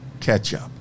ketchup